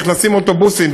נכנסים אוטובוסים.